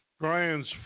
Brian's